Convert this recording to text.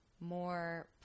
more